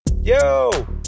Yo